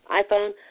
iPhone